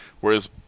Whereas